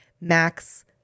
max